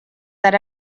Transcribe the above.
that